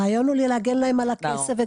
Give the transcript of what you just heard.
הרעיון הוא להגן להם על הכסף.